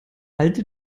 alte